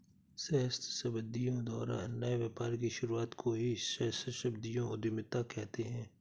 सहस्राब्दियों द्वारा नए व्यापार की शुरुआत को ही सहस्राब्दियों उधीमता कहते हैं